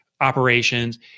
operations